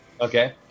Okay